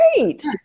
great